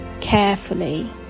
carefully